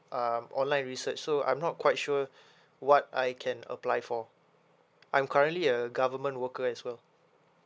um online research so I'm not quite sure what I can apply for I'm currently a government worker as well